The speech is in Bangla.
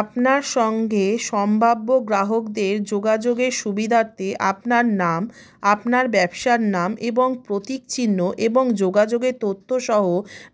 আপনার সঙ্গে সম্ভাব্য গ্রাহকদের যোগাযোগের সুবিধার্থে আপনার নাম আপনার ব্যবসার নাম এবং প্রতীক চিহ্ন এবং যোগাযোগের তথ্য সহ